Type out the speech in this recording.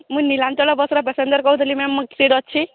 ମୁଁ ନିଲାଞ୍ଚଳ ବସର ପାସେଞ୍ଜର କହୁଥିଲି ମ୍ୟାମ ଅଛି